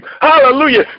Hallelujah